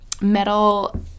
metal